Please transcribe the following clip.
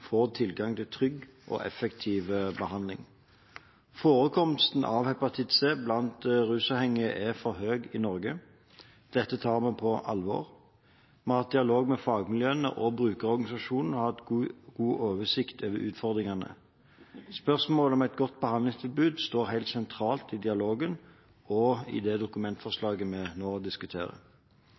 får tilgang til trygg og effektiv behandling. Forekomsten av hepatitt C blant rusavhengige er for høy i Norge. Dette tar vi på alvor. Vi har hatt dialog med fagmiljøet og brukerorganisasjonene og har god oversikt over utfordringene. Spørsmålet om et godt behandlingstilbud står helt sentralt i dialogen og i det dokumentforslaget vi nå diskuterer.